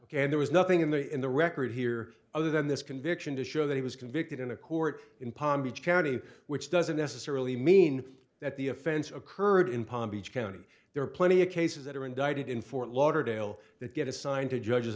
and there was nothing in the in the record here other than this conviction to show that he was convicted in a court in palm beach county which doesn't necessarily mean that the offense occurred in palm beach county there are plenty of cases that are indicted in fort lauderdale that get assigned to judges